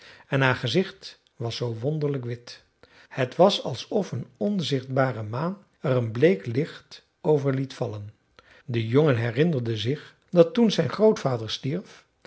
en haar gezicht was zoo wonderlijk wit het was alsof een onzichtbare maan er een bleek licht over liet vallen de jongen herinnerde zich dat toen zijn grootvader stierf